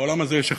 העולם הזה יש אחד.